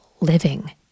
living